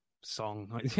song